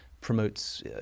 promotes